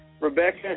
Rebecca